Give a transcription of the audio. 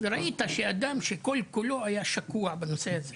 אפשר היה לראות שמדובר באדם שכל כולו שקוע בנושא הזה.